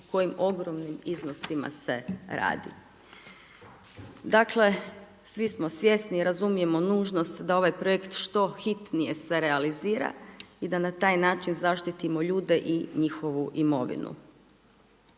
kojim ogromnim iznosima se radi. Dakle, svi smo svjesni i razumijemo nužnost da ovaj projekt što hitnije se realizira i da na taj način zaštitimo ljude i njihovu imovinu.